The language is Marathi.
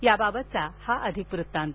याबाबतचा हा अधिक वृत्तांत